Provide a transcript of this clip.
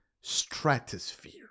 stratosphere